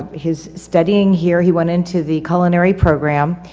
his, studying here. he went into the culinary program.